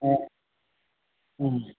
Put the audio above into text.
ஆ ம்